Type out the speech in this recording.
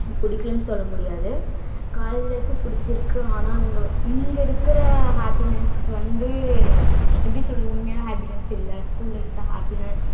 எனக்கு பிடிக்கலன்னு சொல்ல முடியாது காலேஜ் லைஃபும் பிடிச்சிருக்கு ஆனால் அங்கே இங்கே இருக்கிற ஹேப்பினெஸ் வந்து எப்படி சொல்கிறது உண்மையான ஹேப்பினெஸ் இல்லை ஸ்கூல் லைஃப் தான் ஹேப்பினெஸ்